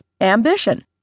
ambition